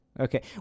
Okay